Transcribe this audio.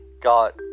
got